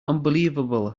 unbelievable